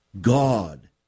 God